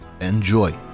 Enjoy